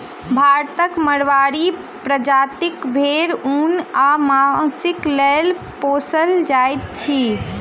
भारतक माड़वाड़ी प्रजातिक भेंड़ ऊन आ मौंसक लेल पोसल जाइत अछि